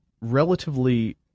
relatively